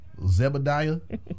Zebediah